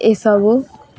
ଏସବୁ